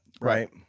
Right